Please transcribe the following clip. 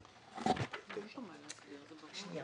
(היו"ר איתן ברושי, 12:32)